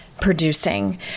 producing